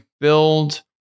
build